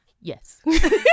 Yes